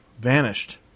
vanished